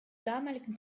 damaligen